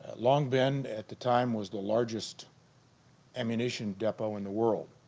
long binh at the time was the largest ammunition depot in the world.